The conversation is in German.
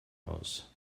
aus